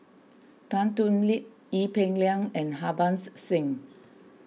Tan Thoon Lip Ee Peng Liang and Harbans Singh